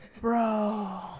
Bro